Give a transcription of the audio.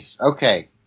okay